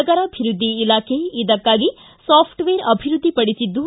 ನಗರಾಭಿವೃದ್ಧಿ ಇಲಾಖೆ ಇದಕ್ಕಾಗಿ ಸಾಫ್ಟವೇರ್ ಅಭಿವೃದ್ಧಿಪಡಿಸಿದ್ದು